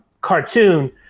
cartoon